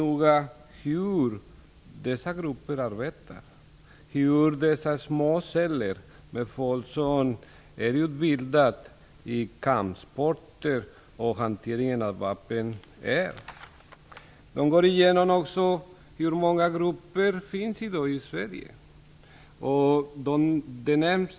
Man går mycket noga igenom hur små celler bildas i anslutning till kampsporter och hantering av vapen. Man redovisar också hur många sådana grupper som i dag finns i Sverige.